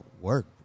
work